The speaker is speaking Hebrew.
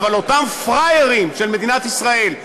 אבל אותם פראיירים של מדינת ישראל,